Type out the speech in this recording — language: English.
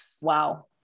Wow